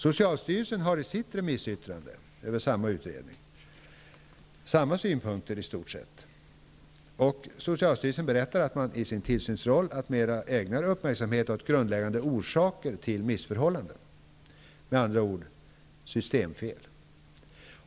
Socialstyrelsen har i sitt remissyttrande över samma utredning anfört i stort sett samma synpunkter. Socialstyrelsen berättar att man i sin tillsynsroll alltmer ägnar uppmärksamhet åt grundläggande orsaker till missförhållanden, med andra ord systemfel.